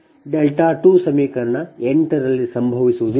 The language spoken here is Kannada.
δ 2 ಸಮೀಕರಣ 8 ರಲ್ಲಿ ಸಂಭವಿಸುವುದಿಲ್ಲ